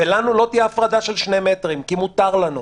ובינינו לא תהיה הפרדה של 2 מטרים כי מותר לנו.